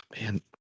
man